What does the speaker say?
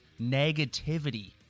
negativity